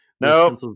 No